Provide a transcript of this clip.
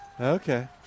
Okay